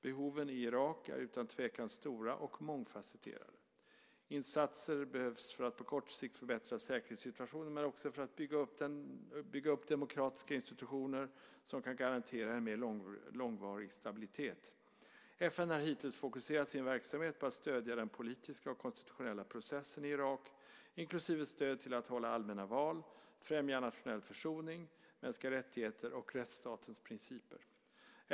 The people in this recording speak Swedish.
Behoven i Irak är utan tvekan stora och mångfasetterade. Insatser behövs för att på kort sikt förbättra säkerhetssituationen men också för att bygga upp demokratiska institutioner som kan garantera en mer långvarig stabilitet. FN har hittills fokuserat sin verksamhet på att stödja den politiska och konstitutionella processen i Irak, inklusive stöd till att hålla allmänna val, främja nationell försoning, mänskliga rättigheter och rättsstatens principer.